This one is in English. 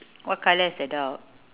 what colour is the dog